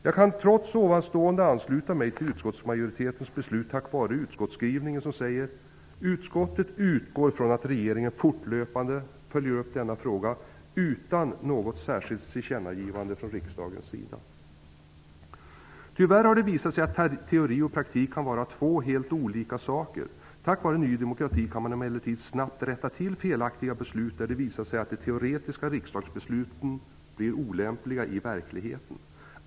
Jag kan trots det nämnda ansluta mig till utskottsmajoritetens beslut tack vare utskottsskrivningen som säger: Utskottet utgår från att regeringen fortlöpande följer upp denna fråga utan något särskilt tillkännagivande från riksdagens sida. Tyvärr har det visat sig att teori och praktik kan vara två helt olika saker. Tack vare Ny demokrati kan man emellertid snabbt rätta till felaktiga beslut där det visat sig att de teoretiska riksdagsbesluten blir olämpliga i verkligheten.